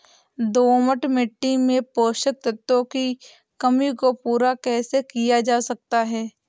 दोमट मिट्टी में पोषक तत्वों की कमी को पूरा कैसे किया जा सकता है?